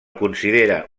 considera